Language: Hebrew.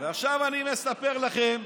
ועכשיו אני מספר לכם,